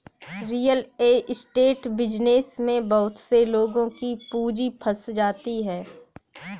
real estate business में बहुत से लोगों की पूंजी फंस जाती है